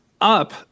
up